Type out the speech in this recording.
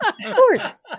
Sports